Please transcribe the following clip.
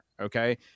Okay